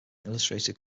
illustrated